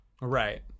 Right